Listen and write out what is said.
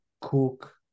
Cook